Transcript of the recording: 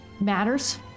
matters